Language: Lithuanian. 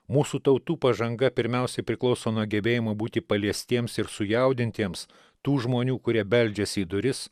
mūsų tautų pažanga pirmiausiai priklauso nuo gebėjimo būti paliestiems ir sujaudintiems tų žmonių kurie beldžiasi į duris